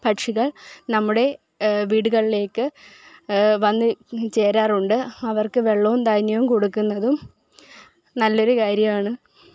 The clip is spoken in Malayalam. പക്ഷികള് നമ്മുടെ വീടുകളിലേക്ക് വന്ന് ചേരാറുണ്ട് അവര്ക്ക് വെള്ളവും ധാന്യവും കൊടുക്കുന്നതും നല്ലൊരു കാര്യമാണ്